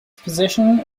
position